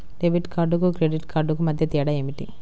Debit కార్డుకు credit credit కార్డుకు మధ్య తేడా ఏమిటీ?